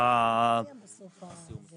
זה גם מסויג גם בסוף --- עצמו.